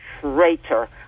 traitor